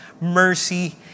mercy